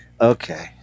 Okay